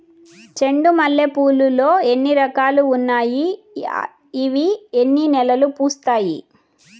చెండు మల్లె పూలు లో ఎన్ని రకాలు ఉన్నాయి ఇవి ఎన్ని నెలలు పూస్తాయి